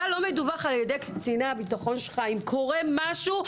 אתה לא מדווח על-ידי קציני הביטחון שלך אם קורה משהו?